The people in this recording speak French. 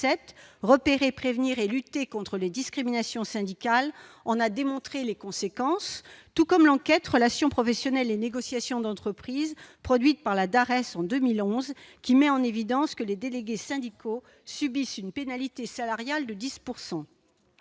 repéré prévenir et lutter contre les discriminations syndicales, on a démontré les conséquences, tout comme l'enquête Relations professionnelles et négociations d'entreprise, produite par la d'arrêt sont 2011, qui met en évidence que les délégués syndicaux subissent une pénalité salariale de 10